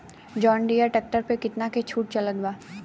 जंडियर tractor पर कितना के छूट चलत बा?